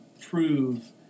prove